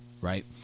right